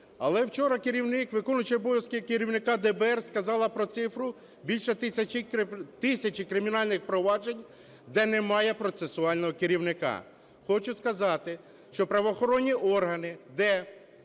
Але вчора керівник, виконуючий обов'язки керівника ДБР сказала про цифру: більше тисячі кримінальних проваджень, де немає процесуального керівника. Хочу сказати, що правоохоронні органи, де